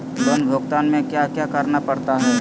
loan भुगतान में क्या क्या करना पड़ता है